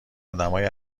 آدمهای